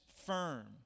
firm